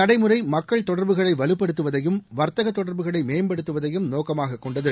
நடைமுறை மக்கள் தொடர்புகளை வலுப்படுத்துவதையும் வர்த்தக தொடர்புகளை இந்த மேம்படுத்துவதையும் நோக்கமாக கொண்டது